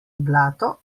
blato